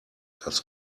das